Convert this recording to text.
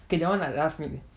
okay that one like last minute